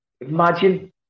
Imagine